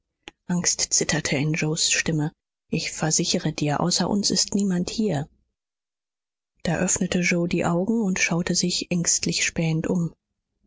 angst zitterte in yoes stimme ich versichere dir außer uns ist niemand hier da öffnete yoe die augen und schaute sich ängstlich spähend um